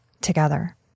together